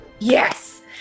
Yes